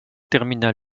terminal